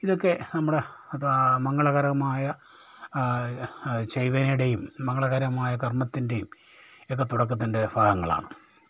ഇതൊക്കെ നമുടെ മംഗളകരമായ ചെയ്വേനെടേയും മംഗളകരമായ കർമ്മത്തിൻ്റെയുമൊക്കെ തുടക്കത്തിൻ്റെ ഭാഗങ്ങളാണ്